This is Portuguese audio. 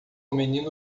menino